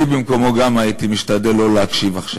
אני במקומו גם הייתי משתדל לא להקשיב עכשיו,